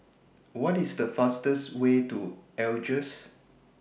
What IS The fastest Way to Algiers